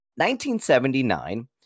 1979